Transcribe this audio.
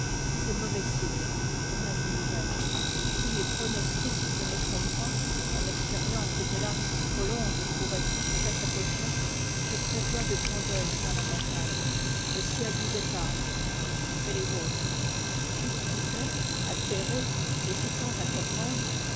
c'est mauvais signe pour l'année nouvelle si mes pronostics ne me trompent pas et mon expérience est hélas trop longue pour être sujette à caution je prévois de grands deuils dans la montagne le ciel vous épargne vous et les vôtres î je l'écoutais atterré hésitant à comprendre